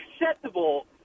acceptable